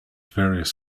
various